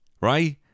right